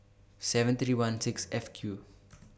seven three one six F Q